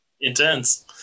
intense